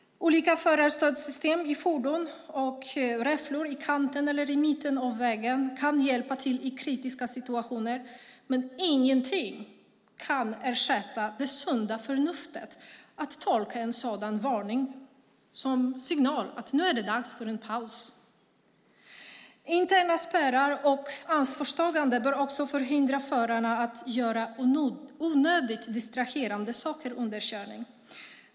Olika förarstödssystem i fordon och räfflor i kanten eller i mitten av vägen kan hjälpa till i kritiska situationer, men ingenting kan ersätta det sunda förnuftet att tolka en sådan varning som en signal att nu är det dags för en paus. Interna spärrar och ansvarstagande bör också förhindra förarna att göra onödigt distraherande saker under körning.